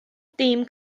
dîm